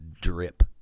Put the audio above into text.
drip